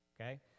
Okay